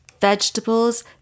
vegetables